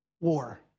war